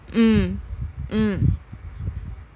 mm